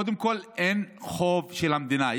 קודם כול אין חוב של המדינה,